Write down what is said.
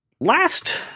Last